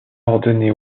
ordonné